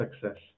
success